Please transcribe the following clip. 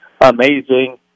amazing